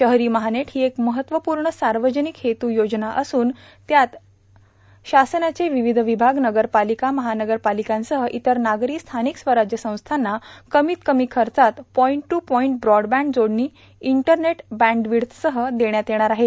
शहरो महानेट हो एक महत्त्वपूण सावर्जानक हेतू योजना असून त्याअंतगत शासनाचे र्वावध विभाग नगरपार्वालका महानगरपार्वालकांसह इतर नागरी स्थानक स्वराज्य संस्थांना कमीत कमी खचात पॉईंट टू पॉईंट ब्रॉडबँड जोडणी इंटरनेट बँडीवड्थसह देण्यात येणार आहे